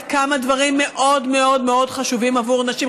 כמה דברים מאוד מאוד חשובים עבור נשים,